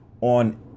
on